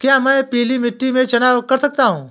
क्या मैं पीली मिट्टी में चना कर सकता हूँ?